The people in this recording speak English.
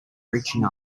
reaching